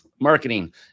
marketing